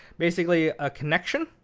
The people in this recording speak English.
basically, a connection,